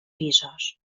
pisos